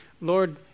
Lord